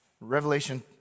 Revelation